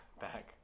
back